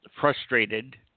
frustrated